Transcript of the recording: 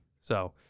So-